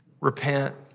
Repent